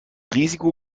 risiko